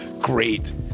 Great